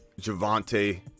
Javante